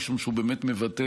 משום שהוא באמת מבטא